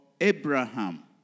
Abraham